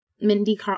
Mindy